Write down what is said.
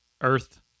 Earth